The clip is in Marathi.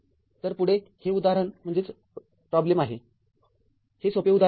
तरपुढे हे उदाहरण आहे हे सोपे उदाहरण आहे